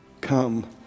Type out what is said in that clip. come